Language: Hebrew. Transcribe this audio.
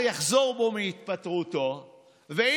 ועכשיו גם הרשימה לא רשימה.